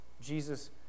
Jesus